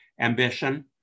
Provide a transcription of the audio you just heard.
ambition